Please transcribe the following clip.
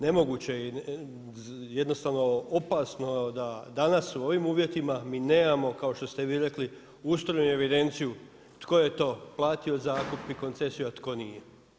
Nemoguće i jednostavno opasno da danas u ovim uvjetima mi nemamo kao što ste vi rekli, ustroj i evidenciju tko je to platio zakup i koncesiju, a tko nije.